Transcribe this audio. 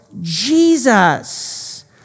Jesus